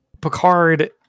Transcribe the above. Picard